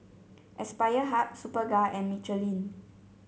Aspire Hub Superga and Michelin